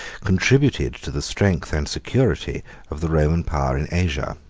contributed to the strength and security of the roman power in asia.